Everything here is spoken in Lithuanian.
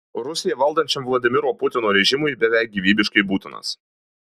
rusiją valdančiam vladimiro putino režimui beveik gyvybiškai būtinas